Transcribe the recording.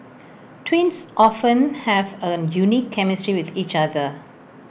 twins often have A unique chemistry with each other